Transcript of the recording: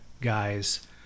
guys